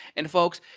and folks,